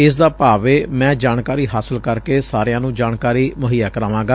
ਇਸ ਦਾ ਭਾਵ ਏ ਮੈਂ ਜਾਣਕਾਰੀ ਹਾਸਲ ਕਰਕੇ ਸਾਰਿਆਂ ਨੂੰ ਜਾਣਕਾਰੀ ਮੁਹੱਈਆ ਕਰਾਵਾਂਗਾ